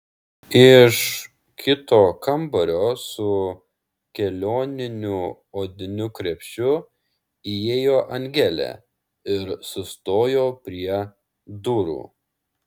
iš kito kambario su kelioniniu odiniu krepšiu įėjo angelė ir sustojo prie durų